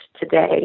today